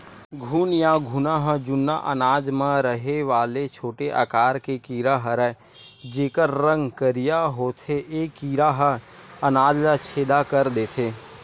घुन या घुना ह जुन्ना अनाज मन म रहें वाले छोटे आकार के कीरा हरयए जेकर रंग करिया होथे ए कीरा ह अनाज ल छेंदा कर देथे